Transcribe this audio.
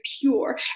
pure